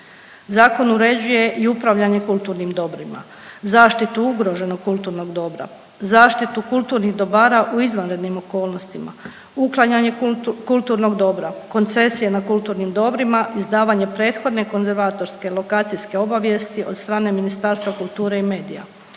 Zakon uređuje i upravljanje kulturnim dobrima, zaštitu ugroženog kulturnog dobra, zaštitu kulturnih dobara u izvanrednim okolnostima, uklanjanje kulturnog dobra, koncesije na kulturnim dobrima, izdavanje prethodne konzervatorske lokacijske obavijesti od strane Ministarstva kulture i medija,